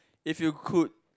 if you could